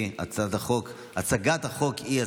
כי הצגת החוק היא הסיכום.